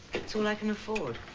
it's all i can afford.